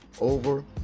over